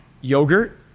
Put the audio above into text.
yogurt